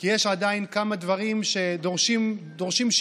כי יש עדיין כמה דברים שדורשים שיפור.